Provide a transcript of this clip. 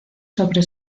sobre